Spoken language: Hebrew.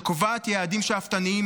שקובעת יעדים שאפתניים,